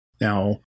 Now